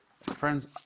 Friends